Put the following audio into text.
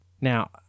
Now